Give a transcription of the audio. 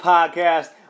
Podcast